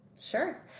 Sure